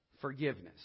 forgiveness